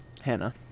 Hannah